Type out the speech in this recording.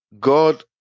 God